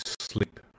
sleep